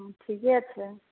ठीके छै